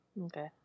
Okay